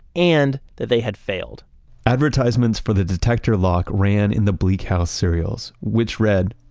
and that they had failed advertisements for the detector lock ran in the bleak house serials, which read,